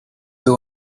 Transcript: you